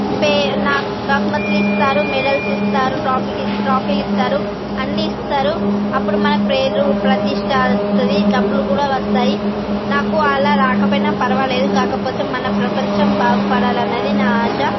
pay నాకు బహుమతులు ఇస్తారు మెడల్స్ ఇస్తారు ట్రాఫిక్ ట్రాఫీలు ఇస్టారు అన్ని ఇస్తారు అప్పుడు మనకు పేరు ప్రతిష్ట వస్తుంది డబ్బులు కూడా వస్తాయి నాకు అలా రాకపోయినా పర్వాలేదు కాకపోతే మన ప్రపంచం బాగుపడాలి అన్నది నా ఆశ